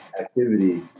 activity